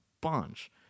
bunch